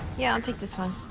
yeah, i'll take this one.